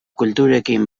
kulturekin